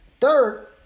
Third